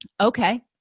okay